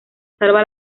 salva